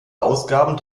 ausgaben